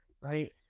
right